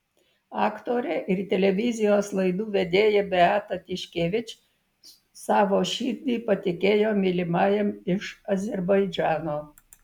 aktorė ir televizijos laidų vedėja beata tiškevič savo širdį patikėjo mylimajam iš azerbaidžano